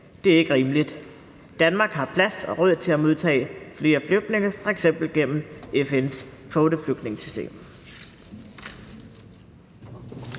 det er ikke rimeligt. Danmark har både plads og råd til at modtage flere flygtninge, f.eks. gennem FN's kvoteflygtningesystem.«